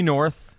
North